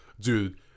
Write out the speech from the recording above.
dude